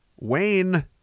Wayne